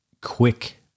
quick